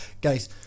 guys